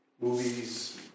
movies